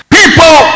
people